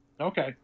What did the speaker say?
Okay